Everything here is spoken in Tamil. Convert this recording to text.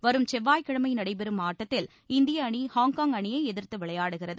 வரும் செவ்வாய்க்கிழமை நடைபெறும் ஆட்டத்தில் இந்திய அணி ஹாங்காங் அணியை எதிர்த்து விளையாடுகிறது